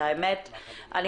האמת,